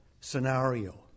scenario